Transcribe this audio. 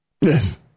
Yes